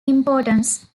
importance